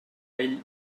ell